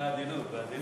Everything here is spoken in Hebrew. בעדינות, בעדינות.